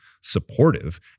supportive